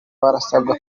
barasabwa